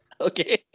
Okay